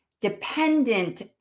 dependent